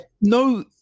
no